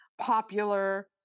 popular